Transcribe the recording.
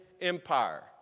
empire